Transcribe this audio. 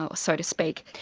so so to speak.